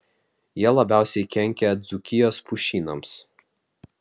jie labiausiai kenkia dzūkijos pušynams